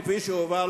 כפי שהוא הועבר,